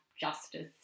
justice